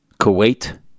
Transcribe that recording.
Kuwait